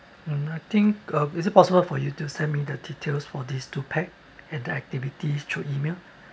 mm I think uh is it possible for you to send me the details for these two pack and the activities through email